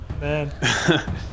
man